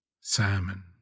salmon